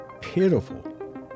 pitiful